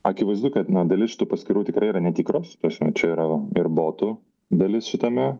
akivaizdu kad na dalis šitų paskirų tikrai yra netikrosta prasme čia yra ir botų dalis šitame